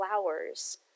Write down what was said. flowers